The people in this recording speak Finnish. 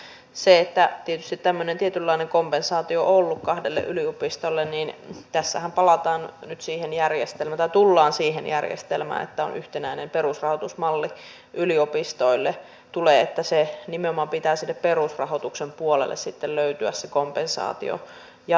mitä tulee siihen että tietysti tämmöinen tietynlainen kompensaatio on ollut kahdelle yliopistolle niin tässähän tullaan nyt siihen järjestelmään että yliopistoille tulee yhtenäinen perusrahoitusmalli että sen kompensaation pitää nimenomaan sinne perusrahoituksen puolelle löytyä jatkossa